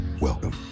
Welcome